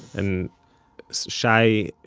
and shai,